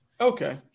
Okay